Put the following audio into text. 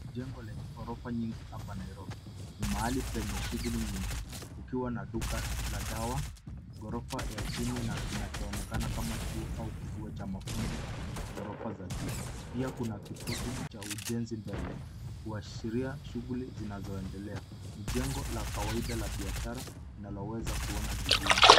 Jengo lenye ghorofa nyingi hapa Nairobi. Ni mahali penye shughuli nyingi ukiwa na duka la dawa, ghorofa la chini na kinachoonekana kuwa chuo au kituo cha mafunzo ghorofa za juu. Pia kuna kifusi cha ujenzi mbele kuashiria shughuli zinazoendelea. Ni jengo la kawaida la biashara tunaloweza kuona jijini.